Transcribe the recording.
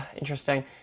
Interesting